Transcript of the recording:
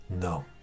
No